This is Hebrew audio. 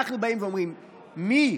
אנחנו באים ואומרים שמי